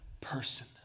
person